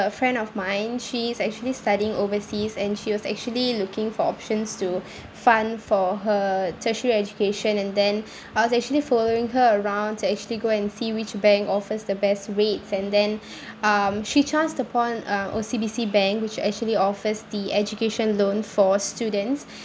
friend of mine she's actually studying overseas and she was actually looking for options to fund for her tertiary education and then I was actually following her around to actually go and see which bank offers the best rates and then um she chanced upon uh O_C_B_C bank which actually offers the education loan for students